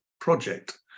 project